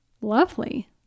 lovely